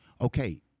Okay